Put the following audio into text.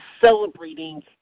celebrating